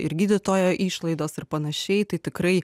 ir gydytojo išlaidas ir panašiai tai tikrai